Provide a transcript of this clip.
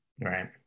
Right